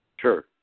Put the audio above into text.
Sure